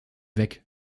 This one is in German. weg